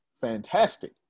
fantastic